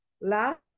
last